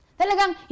talagang